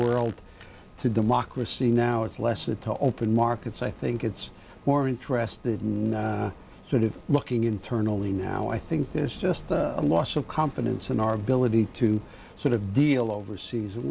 world to democracy now it's less it to open markets i think it's more interested in sort of looking internally now i think there's just a loss of confidence in our ability to sort of deal overseas